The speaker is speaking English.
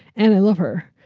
and i love her.